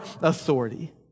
authority